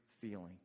feeling